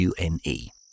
UNE